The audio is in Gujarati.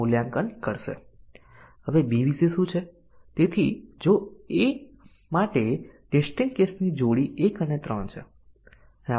તેથી તે પ્રેરણાથી આપણે સુધારેલી કન્ડિશન ના ડીસીઝન કવરેજ પર ધ્યાન આપીશું